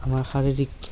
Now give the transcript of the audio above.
আমাৰ শাৰীৰিক